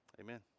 Amen